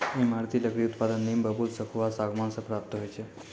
ईमारती लकड़ी उत्पादन नीम, बबूल, सखुआ, सागमान से प्राप्त होय छै